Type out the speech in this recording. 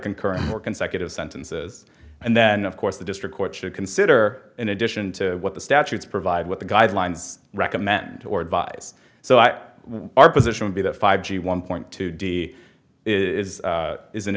concurrent or consecutive sentences and then of course the district court should consider in addition to what the statutes provide what the guidelines recommend or advise so i our position would be that five g one point two d is is an